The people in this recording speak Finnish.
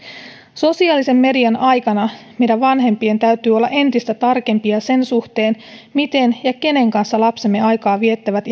sosiaalisen median aikana meidän vanhempien täytyy olla entistä tarkempia sen suhteen miten ja kenen kanssa lapsemme viettävät